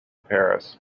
paris